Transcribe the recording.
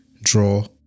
draw